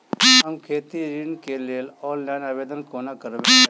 हम खेती ऋण केँ लेल ऑनलाइन आवेदन कोना करबै?